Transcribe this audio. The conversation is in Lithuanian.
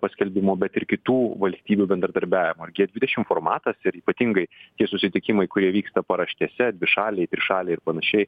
paskelbimo bet ir kitų valstybių bendradarbiavimo ir gie dvidešim formatas ir ypatingai tie susitikimai kurie vyksta paraštėse dvišaliai trišaliai ir panašiai